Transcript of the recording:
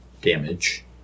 damage